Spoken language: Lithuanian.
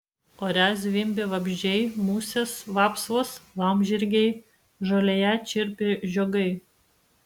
ore zvimbė vabzdžiai musės vapsvos laumžirgiai žolėje čirpė žiogai